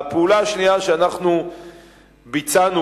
הפעולה השנייה שאנחנו ביצענו,